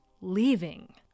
leaving